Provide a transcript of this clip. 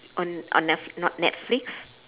on on netfl~ not netflix